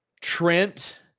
Trent